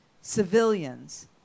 civilians